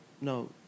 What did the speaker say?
No